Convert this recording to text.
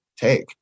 take